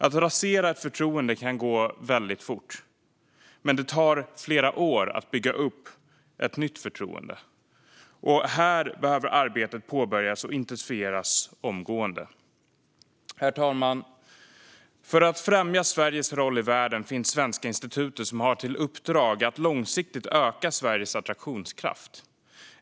Att rasera ett förtroende kan gå väldigt fort. Men det tar flera år att bygga upp ett nytt förtroende. Här behöver arbetet påbörjas och intensifieras omgående. För att främja Sveriges roll i världen finns Svenska institutet som har till uppdrag att långsiktigt öka Sveriges attraktionskraft.